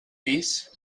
pis